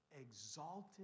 exalted